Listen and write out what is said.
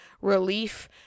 relief